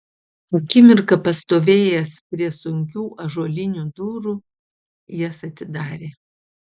akimirką pastovėjęs prie sunkių ąžuolinių durų jas atidarė